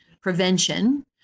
prevention